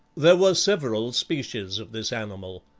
there were several species of this animal.